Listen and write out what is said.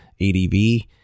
ADB